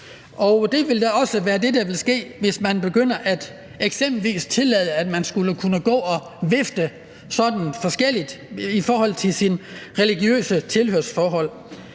Det ville ikke være det, der ville ske, hvis man eksempelvis begyndte at tillade, at man skulle kunne gå og sådan vifte med noget forskelligt i forhold til sit religiøse tilhørsforhold.